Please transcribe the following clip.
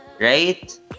right